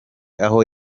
aho